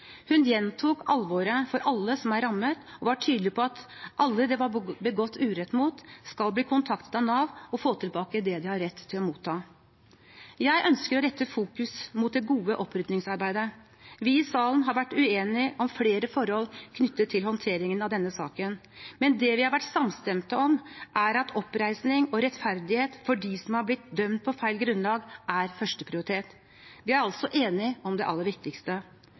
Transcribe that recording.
Hun gjentok alvoret for alle som er rammet, og var tydelig på at alle det var begått urett mot, skulle bli kontaktet av Nav og få tilbake det de hadde rett til å motta. Jeg ønsker å rette fokus mot det gode oppryddingsarbeidet. Vi i salen har vært uenige om flere forhold knyttet til håndteringen av denne saken, men det vi har vært samstemte om, er at oppreisning og rettferdighet for dem som har blitt dømt på feil grunnlag, er førsteprioritet. Vi er altså enige om det aller viktigste.